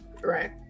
Right